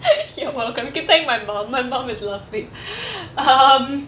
you're welcome you can thank my mom my mom is lovely um